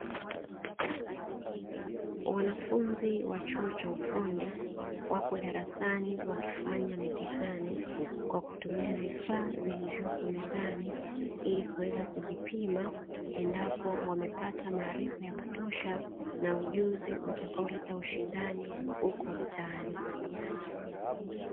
Wanafunzi wa chuo cha ufundi wapo darasani wakifanya mitihani, wakitumia vifaa vilivyopo mezani, ilikuweza kujipima endapo wamepata maarifa ya kutosha na ujuzi utakao leta ushindani huko mtaani.